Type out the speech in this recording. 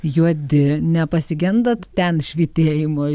juodi nepasigendat ten švytėjimo